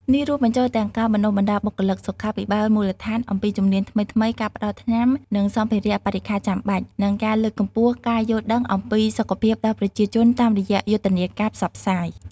នេះរួមបញ្ចូលទាំងការបណ្តុះបណ្តាលបុគ្គលិកសុខាភិបាលមូលដ្ឋានអំពីជំនាញថ្មីៗ ការផ្តល់ថ្នាំ និងសម្ភារៈបរិក្ខារចាំបាច់ និងការលើកកម្ពស់ការយល់ដឹងអំពីសុខភាពដល់ប្រជាជនតាមរយៈយុទ្ធនាការផ្សព្វផ្សាយ។